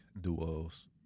duos